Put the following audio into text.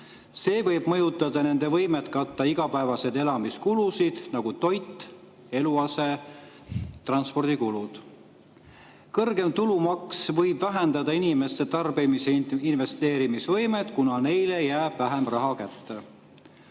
See võib mõjutada nende võimet katta igapäevaseid elamiskulusid, nagu toit, eluase, transport. Kõrgem tulumaks võib vähendada inimeste tarbimis- ja investeerimisvõimet, kuna neile jääb vähem raha kätte.